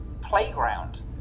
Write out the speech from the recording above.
Playground